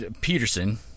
Peterson